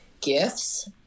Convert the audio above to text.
gifts